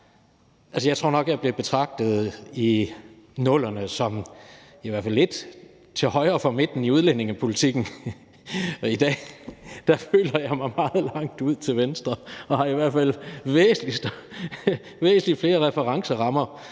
Jeg tror nok, jeg i 00'erne blev betragtet som i hvert fald lidt til højre for midten i udlændingepolitikken, og i dag føler jeg mig meget langt ud til venstre og har i hvert fald væsentlig flere fælles referencerammer